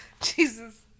Jesus